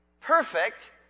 perfect